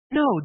no